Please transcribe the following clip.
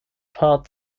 part